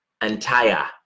Antaya